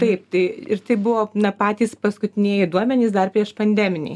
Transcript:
taip tai ir tai buvo na patys paskutinieji duomenys dar priešpandeminiai